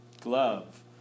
Glove